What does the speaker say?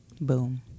Boom